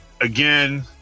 Again